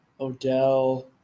Odell